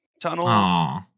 tunnel